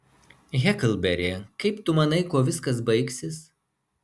heklberi kaip tu manai kuo viskas baigsis